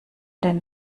den